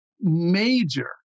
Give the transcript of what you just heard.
major